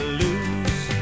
lose